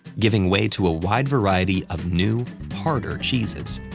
giving way to a wide variety of new, harder cheeses.